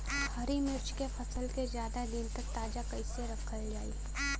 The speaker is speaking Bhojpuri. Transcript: हरि मिर्च के फसल के ज्यादा दिन तक ताजा कइसे रखल जाई?